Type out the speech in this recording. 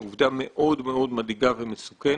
היא עובדה מאוד מאוד מדאיגה ומסוכנת.